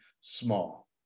small